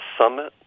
summit